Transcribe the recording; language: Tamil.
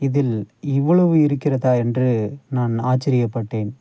இதில் இவ்வளவு இருக்கிறதா என்று நான் ஆச்சரியப்பட்டேன்